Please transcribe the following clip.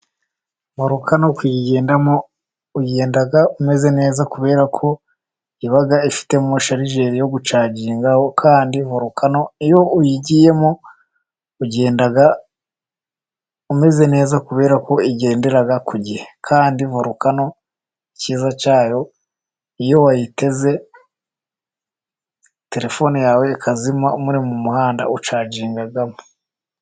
Vorukano kuyigendamo ugenda umeze neza, kubera ko iba ifitemo sharigeri yo gucaginga, kandi vorukano iyo uyigiyemo ugenda umeze neza kubera ko igendera ku gihe, kandi vorukano ikiyiza cyayo iyo wayiteze terefone yawe ikazima uri mu muhanda ucagingamo.